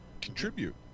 contribute